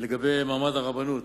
לגבי מעמד הרבנות,